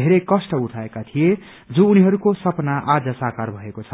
धेरै कष्ट उठाएका थिए जो उनीहरूको सपना आज साकार भएको छ